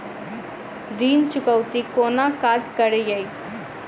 ऋण चुकौती कोना काज करे ये?